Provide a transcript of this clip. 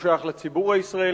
הוא שייך לציבור הישראלי.